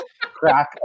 crack